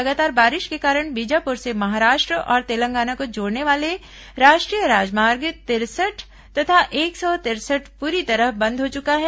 लगातार बारिश के कारण बीजापुर से महाराष्ट्र और तेलंगाना को जोड़ने वाले राष्ट्रीय राजमार्ग तिरसठ तथा एक सौ तिरसठ पूरी तरह बंद हो चुका है